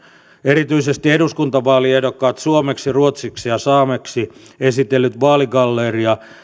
erityisesti eduskuntavaaliehdokkaat suomeksi ruotsiksi ja saameksi esitellyt vaaligalleria